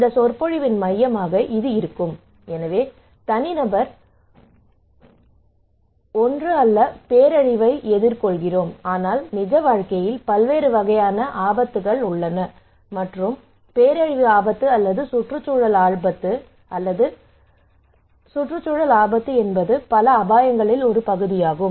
இந்த சொற்பொழிவின் மையமாக இது இருக்கும் எனவே தனிநபர் ஒனி அல்ல பேரழிவை எதிர்கொள்கிறோம் ஆனால் நிஜ வாழ்க்கையில் பல்வேறு வகையான ஆபத்துகள் உள்ளன மற்றும் பேரழிவு ஆபத்து அல்லது சுற்றுச்சூழல் ஆபத்து அல்லது சுற்றுச்சூழல் ஆபத்து என்பது பல அபாயங்களில் ஒரு பகுதியாகும்